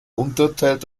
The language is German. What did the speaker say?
unterteilt